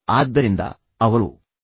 ಆದ್ದರಿಂದ ಅವಳು ಈ ರೀತಿ ಹೇಳಿದಳು